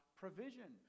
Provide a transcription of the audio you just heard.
provision